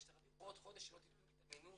שתרוויחו עוד חודש שלא תיתנו לי את המינון.